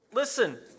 Listen